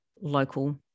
local